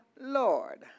Lord